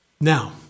Now